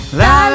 la